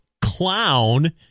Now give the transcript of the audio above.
clown